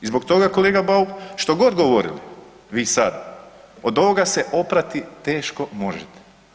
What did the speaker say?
I zbog toga kolega Bauk što god govorili vi sad od ovoga se oprati teško možete.